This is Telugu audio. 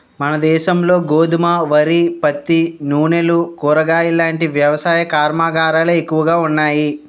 మనదేశంలో గోధుమ, వరి, పత్తి, నూనెలు, కూరగాయలాంటి వ్యవసాయ కర్మాగారాలే ఎక్కువగా ఉన్నాయి